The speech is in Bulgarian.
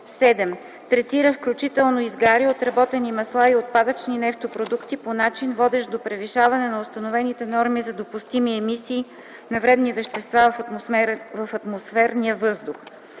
7. третира, включително изгаря, отработени масла и отпадъчни нефтопродукти по начин, водещ до превишаване на установените норми за допустими емисии на вредни вещества в атмосферния въздух;